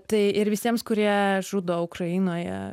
tai ir visiems kurie žudo ukrainoje